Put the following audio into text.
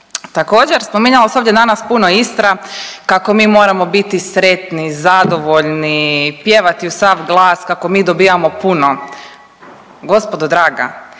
Također, spominjala se ovdje danas puno Istra kako mi moramo biti sretni, zadovoljni, pjevati u sav glas kako mi dobijamo puno. Gospodo draga,